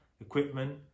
equipment